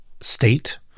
state